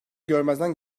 görmezden